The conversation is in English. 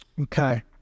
Okay